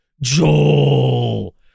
Joel